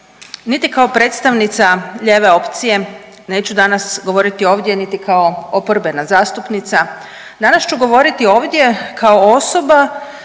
niti kao predstavnica lijeve opcije, neću danas govoriti ovdje niti kao oporbena zastupnica, danas ću govoriti ovdje kao osoba